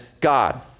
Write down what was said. God